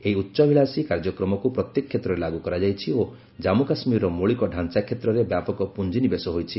ଏହି ଉଚ୍ଚାଭିଳାଷୀ କାର୍ଯ୍ୟକ୍ରମକୁ ପ୍ରତ୍ୟେକ କ୍ଷେତ୍ରରେ ଲାଗୁ କରାଯାଇଛି ଓ ଜାମ୍ଗୁ କାଶ୍ମୀରର ମୌଳିକ ଢ଼ାଞ୍ଚା କ୍ଷେତ୍ରରେ ବ୍ୟାପକ ପୁଞ୍ଜି ନିବେଶ ହୋଇଛି